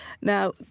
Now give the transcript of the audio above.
Now